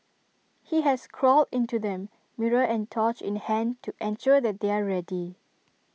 he has crawled into them mirror and torch in hand to ensure that they are ready